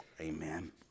Amen